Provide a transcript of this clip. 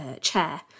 chair